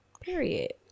Period